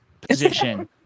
position